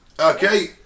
okay